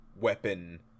weapon